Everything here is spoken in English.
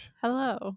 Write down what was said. Hello